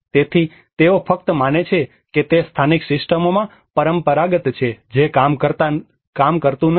તેથી તેઓ ફક્ત માને છે કે તે સ્થાનિક સિસ્ટમોમાં પરંપરાગત છે જે કામ કરતું નથી